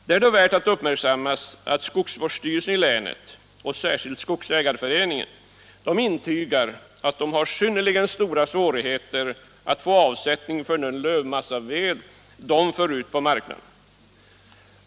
Det är då värt att uppmärksammas att skogsvårdsstyrelsen i länet och särskilt skogsägarföreningen intygar att man har synnerligen stora svårigheter att få avsättning för den lövmassaved man för ut på marknaden.